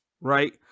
right